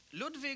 Ludwig